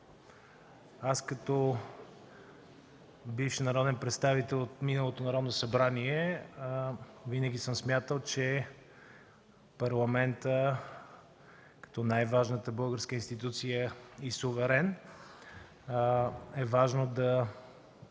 Като бивш народен представител от миналото Народно събрание винаги съм смятал, че Парламентът като най-важната българска институция и суверен е важно да бъде